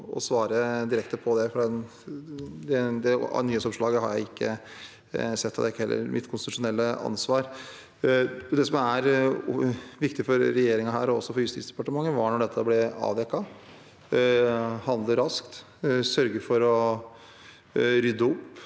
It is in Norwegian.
å svare direkte på det. Det nyhetsoppslaget har jeg ikke sett, og dette er heller ikke mitt konstitusjonelle ansvar. Det som var viktig for regjeringen og for Justisdepartementet da dette ble avdekket, var å handle raskt og sørge for å rydde opp.